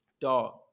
dog